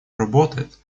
работает